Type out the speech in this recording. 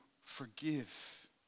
forgive